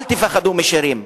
אל תפחדו משירים,